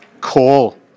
call